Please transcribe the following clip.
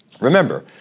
Remember